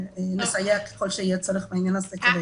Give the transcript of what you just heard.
נסייע ככל שיהיה צורך בעניין הזה.